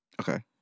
Okay